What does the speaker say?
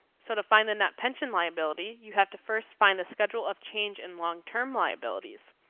so to find the net pension liability, you have to first find the schedule of change in long term liabilities.